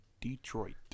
Detroit